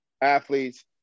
athletes